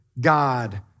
God